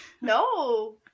No